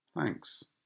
Thanks